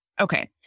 okay